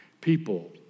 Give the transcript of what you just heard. people